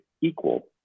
equal